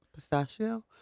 Pistachio